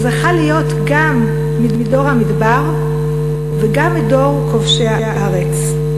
וזכה להיות גם מדור המדבר וגם מדור כובשי הארץ.